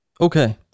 Okay